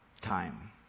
Time